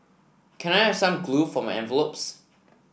can I have some glue for my envelopes